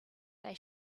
they